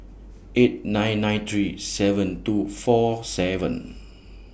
eight nine nine three seven two four seven